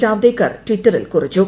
ജാവ്ദേക്കർ ടിറ്ററിൽ കുറിച്ചു